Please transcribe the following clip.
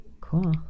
cool